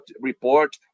report